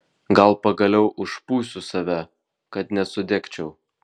gal pagaliau užpūsiu save kad nesudegčiau